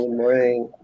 morning